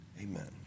Amen